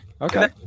okay